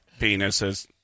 Penises